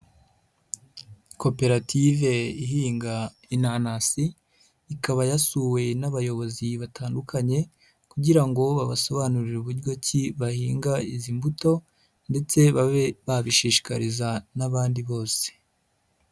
Koperative ihinga inanasi, ikaba yasuwe n'abayobozi batandukanye kugira ngo babasobanurire uburyo ki bahinga izi mbuto ndetse babe babishishikariza n'abandi bose.